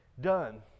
done